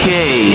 Okay